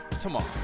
tomorrow